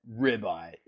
ribeye